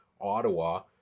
Ottawa